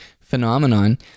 phenomenon